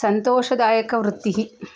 सन्तोषदायकवृत्तिः